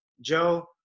Joe